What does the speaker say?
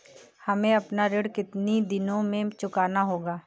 हमें अपना ऋण कितनी दिनों में चुकाना होगा?